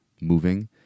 moving